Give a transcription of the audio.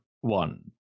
one